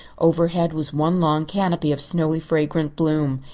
overhead was one long canopy of snowy fragrant bloom.